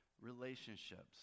relationships